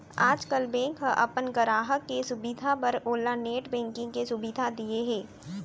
आजकाल बेंक ह अपन गराहक के सुभीता बर ओला नेट बेंकिंग के सुभीता दिये हे